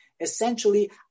essentially